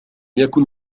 يكن